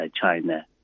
China